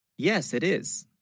yes it is